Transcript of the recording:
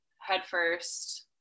headfirst